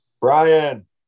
Brian